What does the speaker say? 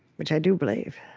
which i do believe.